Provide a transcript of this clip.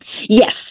Yes